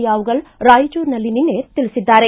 ಯಾವಗಲ್ ರಾಯಚೂರಿನಲ್ಲಿ ನಿನ್ನೆ ತಿಳಿಸಿದ್ದಾರೆ